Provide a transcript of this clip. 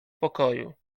pokoju